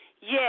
Yes